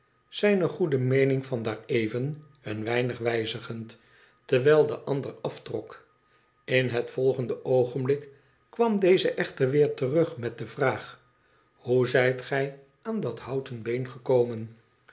zijne goede meening van daar even een weinig wijzigend terwijl de ander aftrok in het volgende oogenblik kwam deze echter weer terug met de vraag hoe zijt gij aan dat houten been gekomen